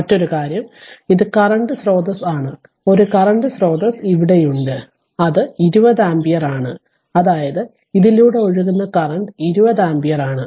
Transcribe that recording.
മറ്റൊരു കാര്യം ഇത് കറന്റ് സ്രോതസ് ആണ് ഒരു കറന്റ് സ്രോതസ് ഇവിടെയുണ്ട് അത് 20 ആമ്പിയർ ആണ് അതായത് ഇതിലൂടെ ഒഴുകുന്ന കറന്റ് 20 ആമ്പിയർ ആണ്